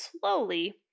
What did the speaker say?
slowly